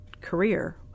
career